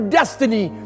destiny